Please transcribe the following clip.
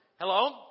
Hello